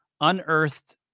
unearthed